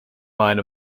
line